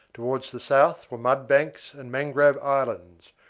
towards the south were mud banks and mangrove islands,